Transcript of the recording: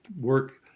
work